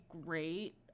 great